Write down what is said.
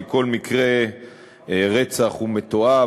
כי כל מקרה רצח הוא מתועב,